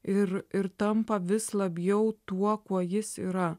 ir ir tampa vis labiau tuo kuo jis yra